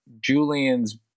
Julian's